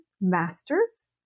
masters